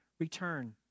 return